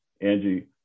Angie